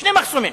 שני מחסומים.